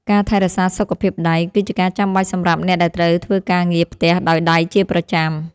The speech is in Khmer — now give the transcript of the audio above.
ការថែរក្សាសុខភាពដៃ គឺជាការចាំបាច់សម្រាប់អ្នកដែលត្រូវធ្វើការងារផ្ទះដោយដៃជាប្រចាំ។